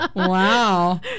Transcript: Wow